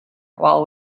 while